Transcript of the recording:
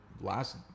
last